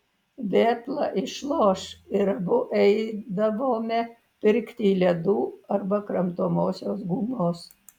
vėpla išloš ir abu eidavome pirkti ledų arba kramtomosios gumos